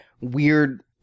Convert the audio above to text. weird